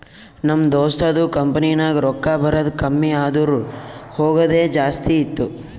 ನಮ್ ದೋಸ್ತದು ಕಂಪನಿನಾಗ್ ರೊಕ್ಕಾ ಬರದ್ ಕಮ್ಮಿ ಆದೂರ್ ಹೋಗದೆ ಜಾಸ್ತಿ ಇತ್ತು